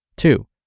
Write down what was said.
Two